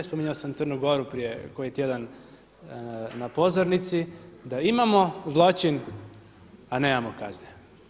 Spominjao sam Crnu Goru prije koji tjedan na pozornici da imamo zloćin a nemamo kazne.